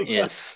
yes